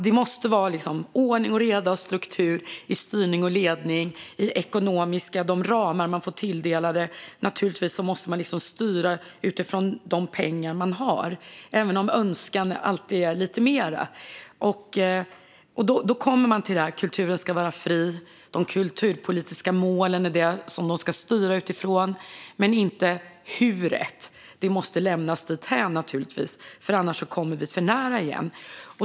Det måste vara ordning och reda och struktur i styrning och ledning och i de ekonomiska ramar man får sig tilldelade. Naturligtvis måste man styra utifrån de pengar man har, även om det alltid finns önskemål om lite mer. Då kommer vi fram till det här med att kulturen ska vara fri. Den ska styras utifrån de kulturpolitiska målen. Men hur det ska göras måste lämnas därhän. Annars kommer vi för nära igen.